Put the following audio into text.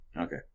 Okay